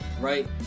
right